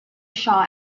shaw